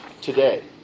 today